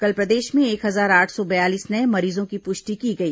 कल प्रदेश में एक हजार आठ सौ बयालीस नये मरीजों की पुष्टि की गई